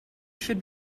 should